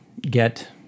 get